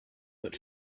but